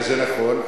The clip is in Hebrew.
וזה נכון,